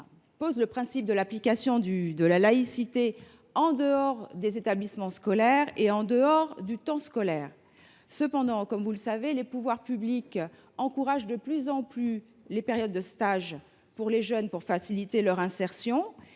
pose le principe de l’application de la laïcité en dehors des établissements scolaires et du temps scolaire. Cependant, comme vous le savez, les pouvoirs publics encouragent de plus en plus les périodes de stage pour faciliter l’insertion